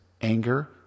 anger